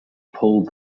pulled